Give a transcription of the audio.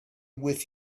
with